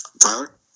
Tyler